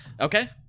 Okay